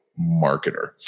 marketer